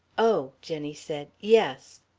oh, jenny said, yes.